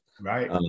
Right